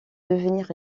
devenir